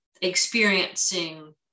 experiencing